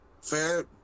fair